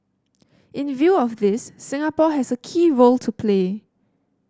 in view of this Singapore has a key role to play